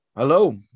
Hello